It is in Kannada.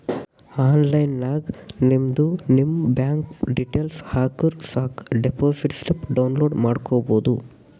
ಆನ್ಲೈನ್ ನಾಗ್ ನಿಮ್ದು ನಿಮ್ ಬ್ಯಾಂಕ್ ಡೀಟೇಲ್ಸ್ ಹಾಕುರ್ ಸಾಕ್ ಡೆಪೋಸಿಟ್ ಸ್ಲಿಪ್ ಡೌನ್ಲೋಡ್ ಮಾಡ್ಕೋಬೋದು